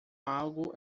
algo